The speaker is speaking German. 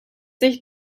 sich